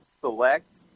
select